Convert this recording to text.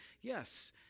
Yes